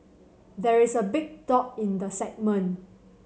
there is a big dog in the segment